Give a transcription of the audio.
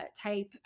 type